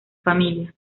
familia